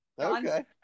Okay